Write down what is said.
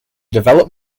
develop